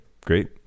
great